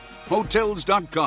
Hotels.com